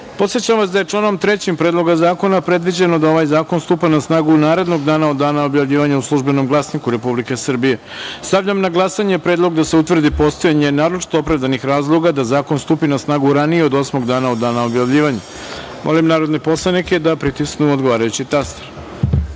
načelu. Podsećam vas da je članom 3. Predloga zakona predviđeno da ovaj zakon stupa na snagu narednog dana od dana objavljivanja u Službenom glasniku Republike Srbije. Stavljam na glasanje predlog da se utvrdi postojanje naročito opravdanih razloga da zakon stupi na snagu ranije od osmog dana od dana objavljivanja. Molim narodne poslanike da pritisnu odgovarajući